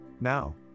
now